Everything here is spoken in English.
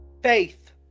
Faith